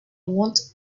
won’t